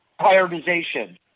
prioritization